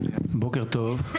בוקר טוב.